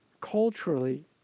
culturally